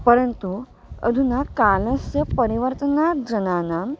परन्तु अधुना कालस्य परिवर्तनात् जनानाम्